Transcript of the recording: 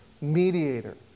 mediator